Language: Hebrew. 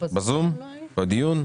בזום או בדיון?